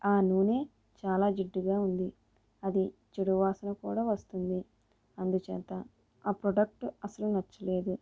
ఆ నూనె చాలా జిడ్డుగా ఉంది అది చెడువాసన కూడా వస్తుంది అందుచేత ఆ ప్రోడక్ట్ అసలు నచ్చలేదు